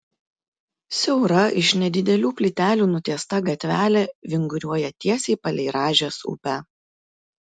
siaura iš nedidelių plytelių nutiesta gatvelė vinguriuoja tiesiai palei rąžės upę